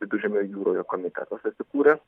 viduržemio jūroje komitetas įsikūręs